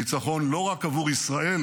ניצחון לא רק עבור ישראל